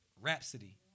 Rhapsody